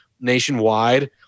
nationwide